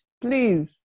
please